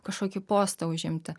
kažkokį postą užimti